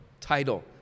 title